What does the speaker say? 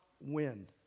win